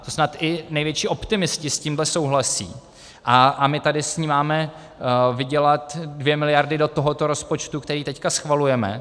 To snad i největší optimisté s tímhle souhlasí, a my tady s ní máme vydělat 2 mld. do tohoto rozpočtu, který teď schvalujeme.